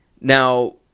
Now